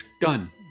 done